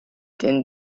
din